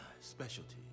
specialty